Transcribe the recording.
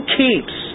keeps